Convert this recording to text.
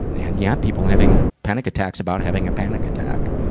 and, yeah, people having panic attacks about having a panic attack.